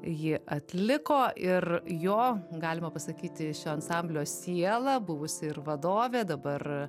jį atliko ir jo galima pasakyti šio ansamblio siela buvusi vadovė dabar